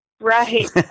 Right